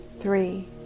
Three